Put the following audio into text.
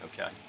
okay